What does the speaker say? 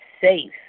safe